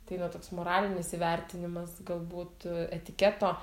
ateina toks moralinis įvertinimas gal būtų etiketo